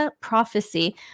Prophecy